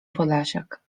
podlasiak